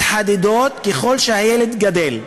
מתחדדות ככל שהילד גדל.